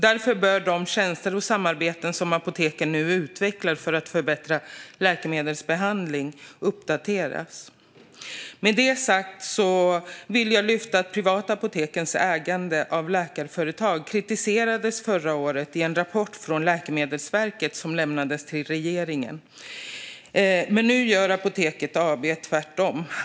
Därför bör de tjänster och samarbeten som apoteken nu utvecklar för att förbättra läkemedelsbehandling uppdateras. Med detta sagt vill jag lyfta fram att de privata apotekens ägande av läkarföretag kritiserades förra året i en rapport från Läkemedelsverket som lämnades till regeringen. Men nu gör Apoteket AB tvärtom.